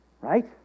right